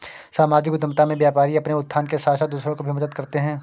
सामाजिक उद्यमिता में व्यापारी अपने उत्थान के साथ साथ दूसरों की भी मदद करते हैं